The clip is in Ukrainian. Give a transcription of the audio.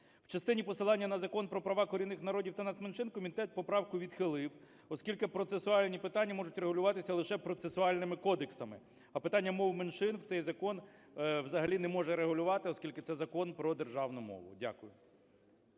В частині посилання на Закон про права корінних народів та нацменшин комітет поправку відхилив, оскільки процесуальні питання можуть регулюватися лише процесуальними кодексами, а питання мов меншин цей закон взагалі не може регулювати, оскільки це Закон про державну мову. Дякую.